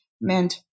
meant